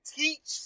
teach